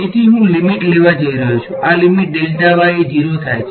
તેથી હું લીમીટ લેવા જઈ રહ્યો છું આ લીમીટ એ ૦ થાય છે